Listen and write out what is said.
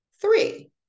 three